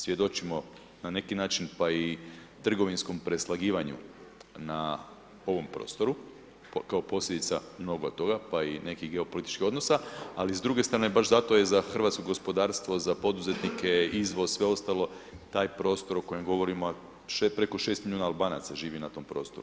Svjedočimo, na neki način, pa i trgovinskom preslagivanju na ovom prostoru kao posljedica ... pa i nekih geopolitičkih odnosa ali s druge strane baš zato je za hrvatsko gospodarstvo za poduzetnike izvoz, sve ostalo, taj prostor o kojem govorimo preko 6 milijuna Albanaca živi na tom prostoru.